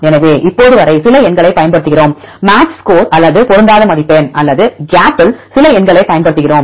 எனவே இப்போது வரை சில எண்களைப் பயன்படுத்துகிறோம் மேட்ச் ஸ்கோர் அல்லது பொருந்தாத மதிப்பெண் அல்லது கேப்ல் சில எண்களைப் பயன்படுத்துகிறோம்